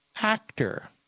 Actor